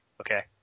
okay